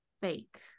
fake